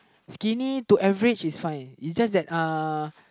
skinny to average is fine is just that